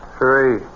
three